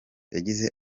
yagize